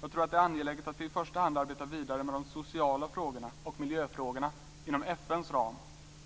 Jag tror att det är angeläget att vi i första hand arbetar vidare med de sociala frågorna och miljöfrågorna inom FN:s ram